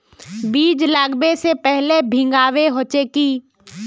बीज लागबे से पहले भींगावे होचे की?